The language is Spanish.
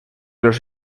los